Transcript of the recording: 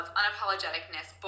unapologeticness